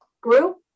group